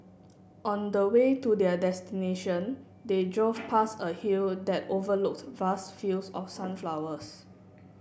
on the way to their destination they drove past a hill that overlooked vast fields of sunflowers